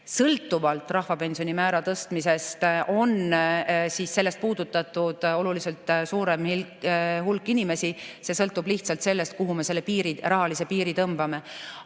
Sõltuvalt rahvapensioni määra tõstmisest on sellest puudutatud oluliselt suurem hulk inimesi. See sõltub lihtsalt sellest, kuhu me selle piiri, rahalise piiri tõmbame.